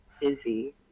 busy